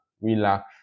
relax